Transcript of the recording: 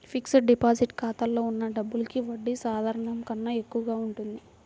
fixed deposit ఖాతాలో ఉన్న డబ్బులకి వడ్డీ సాధారణం కన్నా ఎక్కువగా ఉంటుంది